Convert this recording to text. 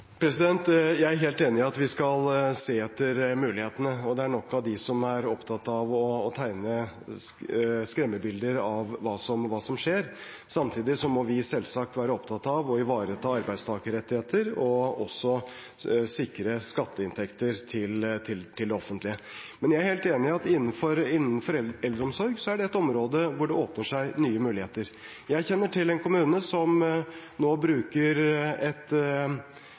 Jeg er helt enig i at vi skal se etter mulighetene, og det er nok av dem som er opptatt av å tegne skremmebilder av hva som skjer. Samtidig må vi selvsagt være opptatt av å ivareta arbeidstakerrettigheter og også sikre skatteinntekter til det offentlige. Men jeg er helt enig i at eldreomsorg er et område hvor det åpner seg nye muligheter. Jeg kjenner til en kommune som nå bruker et